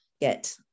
get